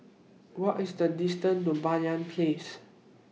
What IS The distance to Banyan Place